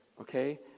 okay